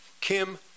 Kim